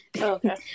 Okay